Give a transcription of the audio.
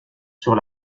sur